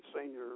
senior